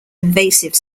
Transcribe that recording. invasive